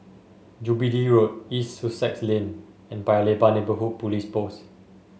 Jubilee Road East Sussex Lane and Paya Lebar Neighbourhood Police Post